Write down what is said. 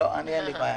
לא, אין לי בעיה.